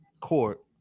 court